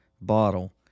bottle